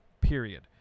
period